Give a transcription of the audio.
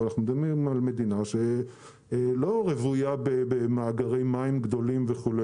אבל אנחנו מדברים על מדינה שלא רוויה במאגרי מים גדולים וכו',